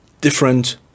different